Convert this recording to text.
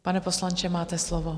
Pane poslanče, máte slovo.